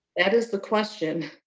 that is the question